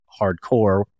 hardcore